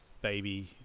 baby